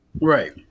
Right